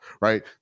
right